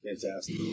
Fantastic